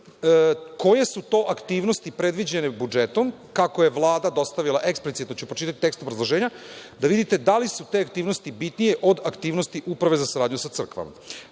koje su to aktivnosti predviđene budžetom, kako je Vlada dostavila. Eksplicitno ću pročitati tekst obrazloženja, da vidite da li su te aktivnosti bitnije od aktivnosti Uprave za saradnju sa crkvama. Dakle,